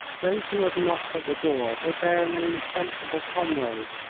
those who had knocked at the door were bearing an insensible comrade,